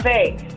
Fake